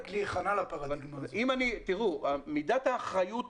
מידת האחריות